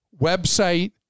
website